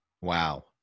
Wow